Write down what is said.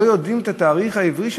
לא יודעים את התאריך העברי,